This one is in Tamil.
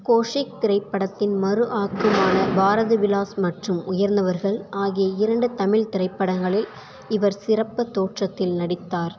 கோஷிக் திரைப்படத்தின் மறு ஆக்கமான பாரத விலாஸ் மற்றும் உயர்ந்தவர்கள் ஆகிய இரண்டு தமிழ் திரைப்படங்களில் இவர் சிறப்பத் தோற்றத்தில் நடித்தார்